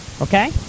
okay